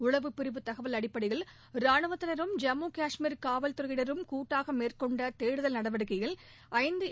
உளவுப்பிரிவு தகவல் அடிப்படையில் ராணுவத்தினரும் ஜம்மு காஷ்மீர் காவல்துறையினரும் கூட்டாக மேற்கொண்ட தேடுதல் நடவடிக்கையில் ஐந்து ஏ